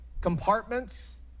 compartments